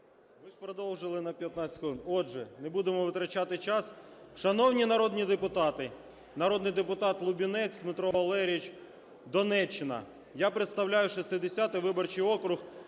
Ви ж продовжили на 15 хвилин. Отже, не будемо витрачати час. Шановні народні депутати. Народний депутат Лубінець Дмитро Валерійович, Донеччина. Я представляю 60 виборчий округ.